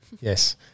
Yes